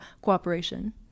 cooperation